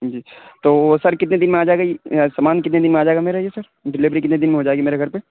جی تو وہ سر کتنے دن میں آ جائے گا سامان کتنے دن میں آ جائے گا میرا یہ سر ڈیلیوری کتنے دن میں ہو جائے گی میرے گھر پہ